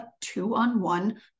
two-on-one